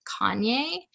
Kanye